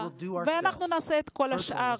ואנחנו נעשה את כל השאר.